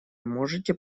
можете